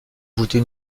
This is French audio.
ajouter